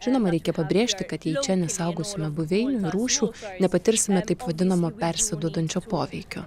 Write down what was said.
žinoma reikia pabrėžti kad čia nesaugosime buveinių ir rūšių nepatirsime taip vadinamo persiduodančio poveikio